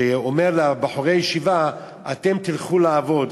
שאומרת לבחורי ישיבה: אתם תלכו לעבוד,